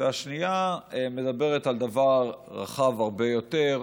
והשנייה מדברת על דבר רחב הרבה יותר,